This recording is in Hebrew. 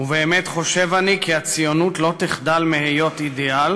ובאמת חושב אני כי הציונות לא תחדל מהיות אידיאל